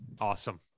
Awesome